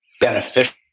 beneficial